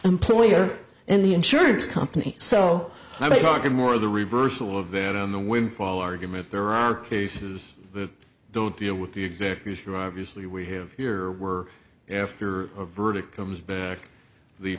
employer and the insurance company so i'm talking more the reversal of that on the windfall argument there are cases that don't deal with the exactly sure obviously we have here were after a verdict comes back the